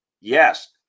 Yes